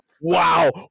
wow